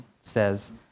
says